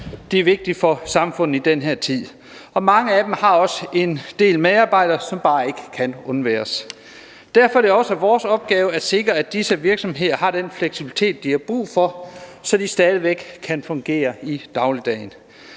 det er vigtigt for samfundet i den her tid. Og mange af dem har også en del medarbejdere, som bare ikke kan undværes. Derfor er det også vores opgave at sikre, at disse virksomheder har den fleksibilitet, de har brug for, så de stadig væk kan fungere i dagligdagen.